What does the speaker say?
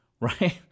right